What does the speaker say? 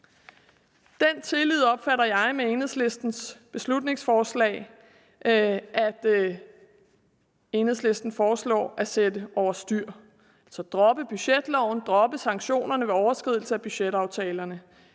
Den tillid opfatter jeg med Enhedslistens beslutningsforslag, at Enhedslisten foreslår at sætte over styr, altså droppe budgetloven, droppe sanktionerne ved overskridelse af budgetaftalerne,